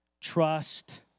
trust